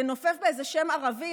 ינופף באיזה שם ערבי,